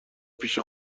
پیش